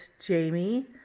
Jamie